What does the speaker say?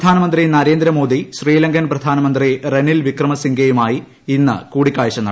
പ്ര പ്രധാനമന്ത്രി നരേ്ർന്ദ്മോദി ശ്രീലങ്കൻ പ്രധാനമന്ത്രി റെനിൽ പ്രിക്മ സിംഗെയുമായി ഇന്ന് കൂടിക്കാഴ്ച നടത്തും